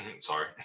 Sorry